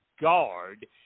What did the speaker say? guard